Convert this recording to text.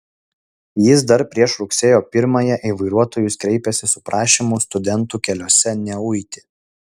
jis dar prieš rugsėjo pirmąją į vairuotojus kreipėsi su prašymu studentų keliuose neuiti